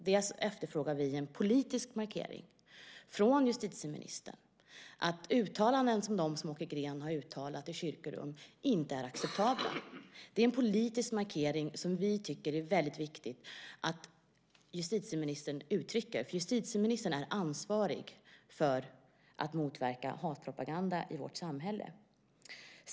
Bland annat efterfrågar vi en politisk markering från justitieministern att sådana uttalanden som Åke Green har gjort i kyrkorum inte är acceptabla. Det är en politisk markering som vi tycker att det är väldigt viktigt att justitieministern uttrycker eftersom justitieministern är ansvarig för att motverka hatpropaganda i vårt samhälle.